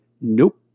Nope